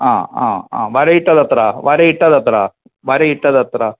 ആ ആ ആ വരയിട്ടത് എത്ര വരയിട്ടത് എത്ര വരയിട്ടത് എത്ര